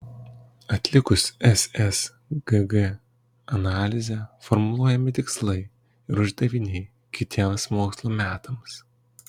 atlikus ssgg analizę formuluojami tikslai ir uždaviniai kitiems mokslo metams